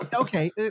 Okay